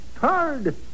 hard